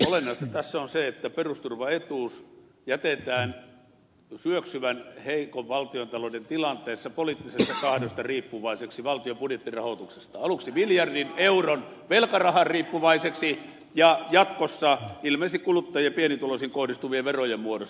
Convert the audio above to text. olennaista tässä on se että perusturvaetuus jätetään syöksyvän heikon valtiontalouden tilanteessa poliittisesta tahdosta valtion budjettirahoituksesta riippuvaiseksi aluksi miljardin euron velkarahasta riippuvaiseksi ja jatkossa ilmeisesti kuluttajiin ja pienituloisiin kohdistuvien verojen muodossa